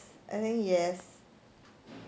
I think yes